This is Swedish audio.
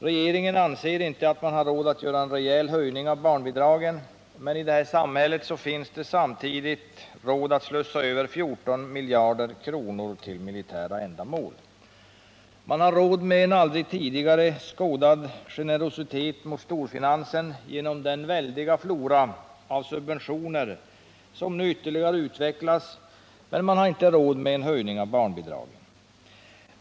Regeringen anser inte att man har råd att göra en rejäl höjning av barnbidragen, men i detta samhälle har man samtidigt råd att slussa över 14 miljarder kronor till militära ändamål! Man har råd med en aldrig tidigare skådad generositet mot storfinansen genom den väldiga flora av subventioner som nu ytterligare utvecklas, men man har inte råd med en höjning av barnbidragen.